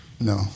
No